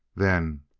then,